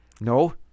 No